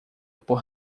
por